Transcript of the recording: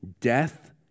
death